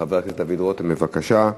בעד, 13,